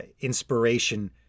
inspiration